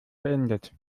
beendet